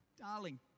darling